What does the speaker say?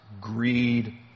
greed